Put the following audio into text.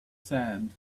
sand